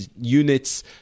units